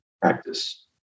practice